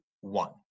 one